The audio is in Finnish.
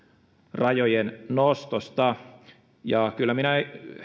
rajojen nostosta kyllä minä